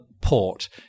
port